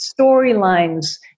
storylines